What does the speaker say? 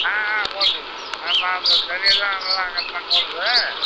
ஆ ஆ ஓடுதுங்க அப்புறம் அந்தத் தறியெல்லாம் நல்லா கரெக்டாக ஓடுது